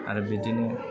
आरो बिदिनो